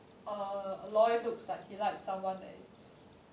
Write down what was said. err aloy looks like he like someone that is